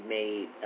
made